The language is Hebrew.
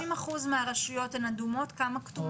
30% מהרשויות הן אדומות, כמה כתומות?